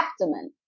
abdomen